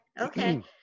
okay